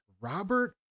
Robert